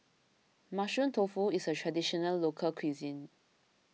Mushroom Tofu is a Traditional Local Cuisine